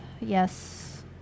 yes